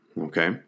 Okay